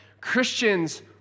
Christians